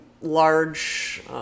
large